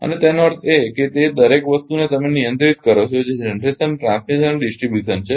અને તેનો અર્થ એ કે તે દરેક વસ્તુને તમે નિયંત્રિત કરો છો કે જે જનરેશન ટ્રાન્સમીશન અને ડીસ્ટ્રીબ્યુશન છે